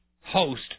host